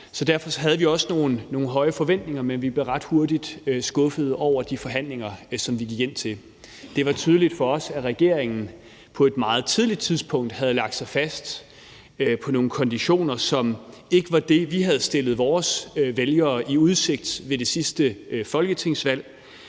derfor havde vi også nogle høje forventninger, men vi blev ret hurtigt skuffede over de forhandlinger, som vi gik ind til. Det var tydeligt for os, at regeringen på et meget tidligt tidspunkt havde lagt sig fast på nogle konditioner, som ikke var det, vi havde stillet vores vælgere i udsigt ved det sidste folketingsvalg.